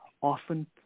often